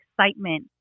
excitement